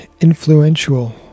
influential